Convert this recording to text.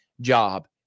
job